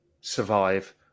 survive